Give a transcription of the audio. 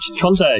Conte